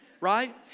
Right